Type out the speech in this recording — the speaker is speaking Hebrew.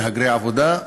מהגרי עבודה?